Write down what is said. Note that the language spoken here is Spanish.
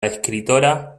escritora